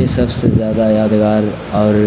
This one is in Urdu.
یہ سب سے زیادہ یادگار اور